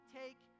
take